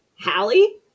Hallie